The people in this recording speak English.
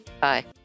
Bye